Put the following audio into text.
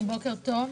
בוקר טוב.